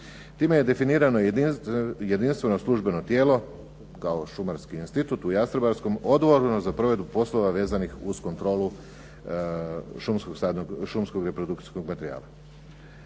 Time je definirano jedinstveno službeno tijelo kao Šumarski institut u Jastrebarskom odgovorno za provedbu poslova vezanih šumskog reprodukcijskog materijala.